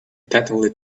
attentively